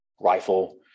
rifle